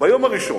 ביום הראשון,